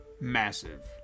massive